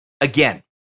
Again